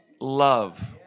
love